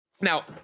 Now